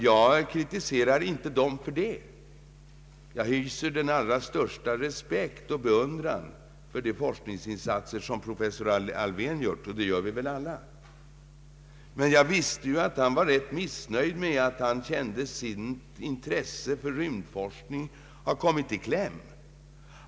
Jag kritiserar inte dem för det — jag hyser den allra största respekt och beundran för de forskningsinsatser som professor Alfvén har gjort, och det gör vi väl alla. Men jag visste att han var ledsen över att hans intresse för rymdforskning hade kommit i kläm.